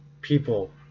people